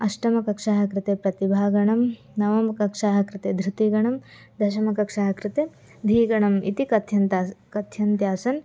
अष्टमकक्षायाः कृते प्रतिभागणं नवमकक्षायाः कृते धृतिगणं दशमकक्षायाः कृते धीगणम् इति कथ्यन्ती कथ्यन्त्यासन्